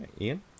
Ian